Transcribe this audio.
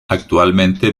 actualmente